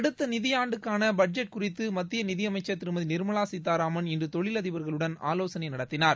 அடுத்த நிதியாண்டுக்கான பட்ஜெட் குறித்து மத்திய நிதி அமைச்சர் திருமதி நிர்மலா சீதாராமன் இன்று தொழிலதிபர்களுடன் ஆலோசனை நடத்தினார்